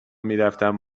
میرفتم